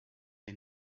est